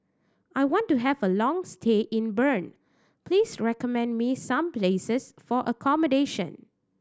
I want to have a long stay in Bern please recommend me some places for accommodation